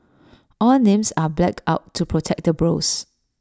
all names are blacked out to protect the bros